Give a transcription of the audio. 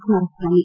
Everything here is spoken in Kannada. ಕುಮಾರಸ್ವಾಮಿ